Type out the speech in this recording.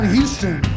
Houston